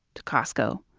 to costco.